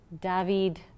David